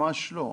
ממש לא.